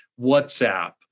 WhatsApp